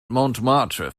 montmartre